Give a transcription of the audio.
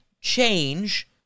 change